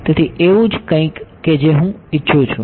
તેથી એવું જ કંઈક કે જે હું ઇચ્છું છું